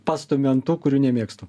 pastumiu ant tų kurių nemėgstu